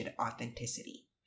authenticity